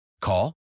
Call